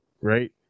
right